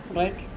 right